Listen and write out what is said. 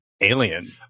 Alien